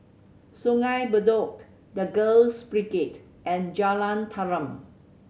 Sungei Bedok The Girls Brigade and Jalan Tarum